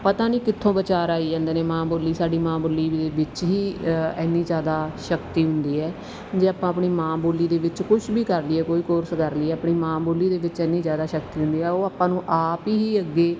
ਪਤਾ ਨਹੀਂ ਕਿੱਥੋਂ ਵਿਚਾਰ ਆਈ ਜਾਂਦੇ ਨੇ ਮਾਂ ਬੋਲੀ ਸਾਡੀ ਮਾਂ ਬੋਲੀ ਦੇ ਵਿੱਚ ਹੀ ਐਨੀ ਜ਼ਿਆਦਾ ਸ਼ਕਤੀ ਹੁੰਦੀ ਹੈ ਜੇ ਆਪਾਂ ਆਪਣੀ ਮਾਂ ਬੋਲੀ ਦੇ ਵਿੱਚ ਕੁਛ ਵੀ ਕਰ ਲਈਏ ਕੋਈ ਕੋਰਸ ਕਰ ਲਈਏ ਆਪਣੀ ਮਾਂ ਬੋਲੀ ਦੇ ਵਿੱਚ ਇੰਨੀ ਜ਼ਿਆਦਾ ਸ਼ਕਤੀ ਹੁੰਦੀ ਆ ਉਹ ਆਪਾਂ ਨੂੰ ਆਪ ਹੀ ਅੱਗੇ